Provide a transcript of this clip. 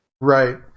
Right